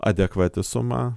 adekvati suma